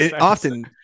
often